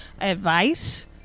advice